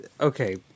okay